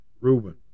Reuben